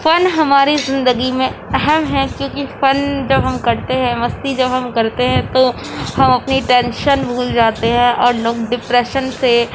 فن ہماری زندگی میں اہم ہے کیونکہ فن جب ہم کرتے ہیں مستی جب ہم کرتے ہیں تو ہم اپنی ٹیشن بھول جاتے ہیں اور لوگ ڈپریشن سے